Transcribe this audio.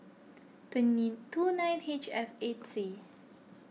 twenty two nine H F eight C